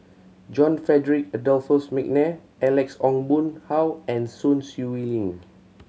John Frederick Adolphus McNair Alex Ong Boon Hau and Sun Xueling